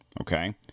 okay